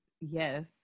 Yes